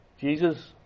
Jesus